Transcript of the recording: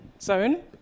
zone